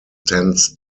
tends